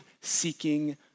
seeking